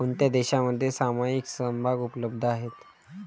कोणत्या देशांमध्ये सामायिक समभाग उपलब्ध आहेत?